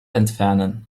entfernen